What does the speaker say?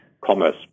commerce